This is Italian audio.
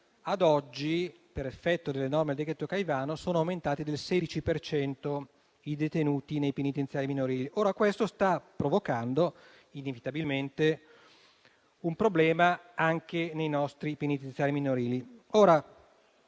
ad oggi, per effetto delle norme del decreto-legge Caivano, sono aumentati del 16 per cento i detenuti nei penitenziari minorili. Questo sta provocando, inevitabilmente, un problema anche nei nostri penitenziari minorili.